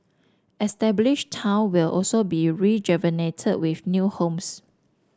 established town will also be rejuvenated with new homes